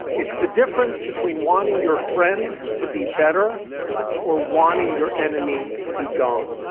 it's the difference between wanting your friend to be better or wanting your enemy to be gone.